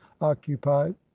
occupied